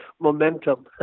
momentum